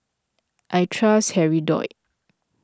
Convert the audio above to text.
I trust Hirudoid